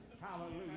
Hallelujah